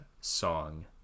song